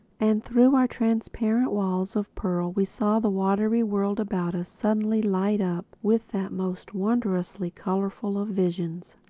and through our transparent walls of pearl we saw the watery world about us suddenly light up with that most wondrously colorful of visions,